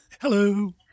Hello